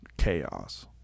chaos